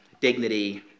dignity